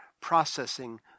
processing